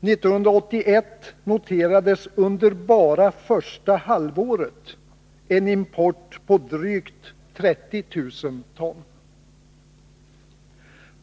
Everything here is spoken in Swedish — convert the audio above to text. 1981 noterades under bara första halvåret en import på drygt 30 000 ton.